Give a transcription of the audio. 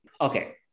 okay